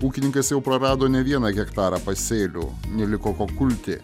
ūkininkas jau prarado ne vieną hektarą pasėlių neliko ko kulti